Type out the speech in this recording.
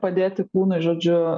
padėti kūnui žodžiu